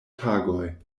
tagoj